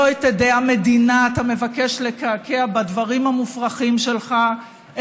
לא את עדי המדינה אתה מבקש לקעקע בדברים המופרכים שלך,